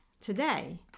today